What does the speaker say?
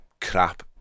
crap